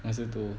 masa tu